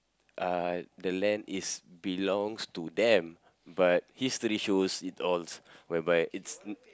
uh the land is belongs to them but history shows it all whereby it's